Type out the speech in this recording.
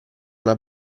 una